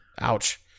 Ouch